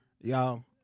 Y'all